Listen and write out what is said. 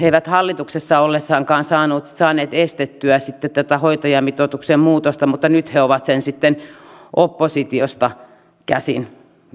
eivät hallituksessa ollessaankaan saaneet estettyä tätä hoitajamitoituksen muutosta mutta nyt he ovat sen sitten oppositiosta käsin